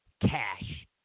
cash